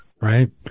Right